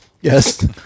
Yes